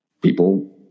people